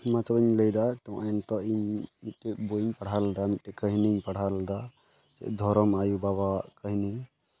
ᱢᱟ ᱛᱚᱵᱮᱧ ᱞᱟᱹᱭᱫᱟ ᱱᱤᱛᱚᱜ ᱤᱧ ᱵᱳᱭ ᱤᱧ ᱯᱟᱲᱦᱟᱣ ᱞᱮᱫᱟ ᱢᱤᱫᱴᱮᱱ ᱠᱟᱹᱦᱱᱤᱧ ᱯᱟᱲᱦᱟᱣ ᱞᱮᱫᱟ ᱫᱷᱚᱨᱚᱢ ᱟᱭᱳᱼᱵᱟᱵᱟᱣᱟᱜ ᱠᱟᱹᱦᱱᱤ